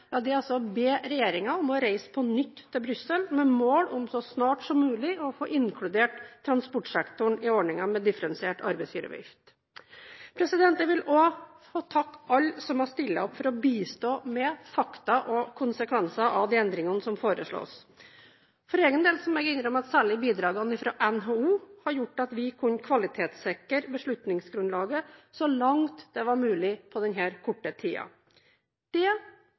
be regjeringen om å reise til Brussel på nytt med mål om så snart som mulig å få inkludert transportsektoren i ordningen med differensiert arbeidsgiveravgift. Jeg vil også få takke alle som har stilt opp for å bistå med fakta og konsekvenser av de endringene som foreslås. For egen del må jeg innrømme at særlig bidragene fra NHO har gjort at vi har kunnet kvalitetssikre beslutningsgrunnlaget så langt det var mulig på denne korte